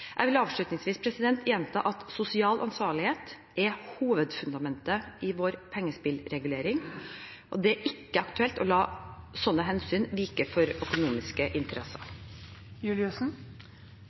Jeg vil avslutningsvis gjenta at sosial ansvarlighet er hovedfundamentet i vår pengespillregulering, og det er ikke aktuelt å la slike hensyn vike for økonomiske interesser.